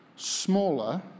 smaller